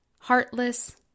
heartless